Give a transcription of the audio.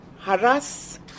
harass